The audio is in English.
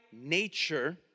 nature